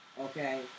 Okay